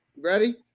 Ready